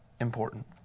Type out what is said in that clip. important